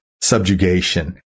subjugation